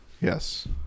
Yes